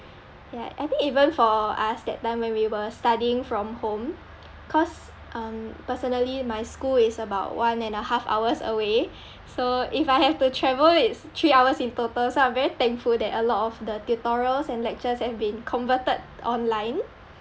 ya I think even for us that time when we were studying from home cause um personally my school is about one and a half hours away so if I have to travel it's three hours in total so I'm very thankful that a lot of the tutorials and lectures have been converted online